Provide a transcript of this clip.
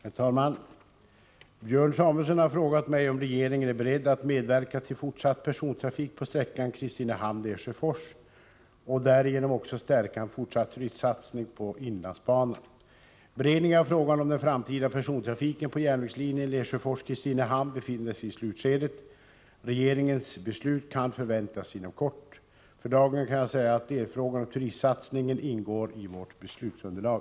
Herr talman! Björn Samuelson har frågat mig om regeringen är beredd att medverka till fortsatt persontrafik på sträckan Kristinehamn-Lesjöfors och därigenom också stärka en fortsatt turistsatsning på inlandsbanan. Beredningen av frågan om den framtida persontrafiken på järnvägslinjen Lesjöfors-Kristinehamn befinner sig i slutskedet. Regeringens beslut kan förväntas inom kort. För dagen kan jag säga att delfrågan om turistsatsningen ingår i vårt beslutsunderlag.